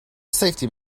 safety